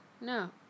No